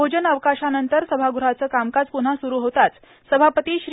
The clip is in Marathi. भोजन अवकाशानंतर सभागृहाचं कामकाज पुन्हा सुरू होताच सभापती श्री